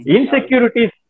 Insecurities